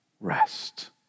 rest